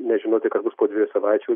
nežinoti kas bus po dviejų savaičių